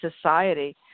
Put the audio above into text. society